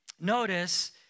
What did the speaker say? notice